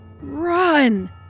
run